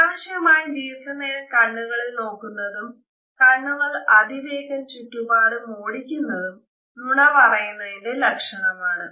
അനാവശ്യമായി ദീർഘനേരം കണ്ണുകളിൽ നോക്കുന്നതും കണ്ണുകൾ അതിവേഗം ചുറ്റുപാടും ഓടിക്കുന്നതും നുണ പറയുന്നതിന്റെ ലക്ഷണമാണ്